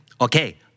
Okay